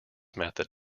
method